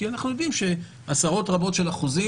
כי אנחנו יודעים שעשרות רבות של אחוזים,